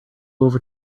over